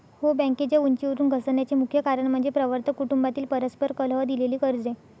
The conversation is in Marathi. हो, बँकेच्या उंचीवरून घसरण्याचे मुख्य कारण म्हणजे प्रवर्तक कुटुंबातील परस्पर कलह, दिलेली कर्जे